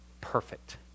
perfect